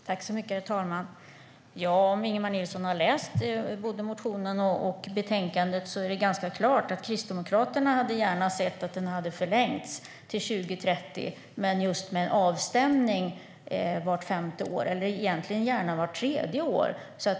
Herr talman! Om Ingemar Nilsson har läst både motionen och betänkandet borde det stå ganska klart att Kristdemokraterna gärna hade sett att den hade förlängts till 2030, men just med en avstämning vart femte år - eller egentligen gärna vart tredje år.